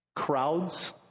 Crowds